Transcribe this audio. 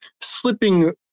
slipping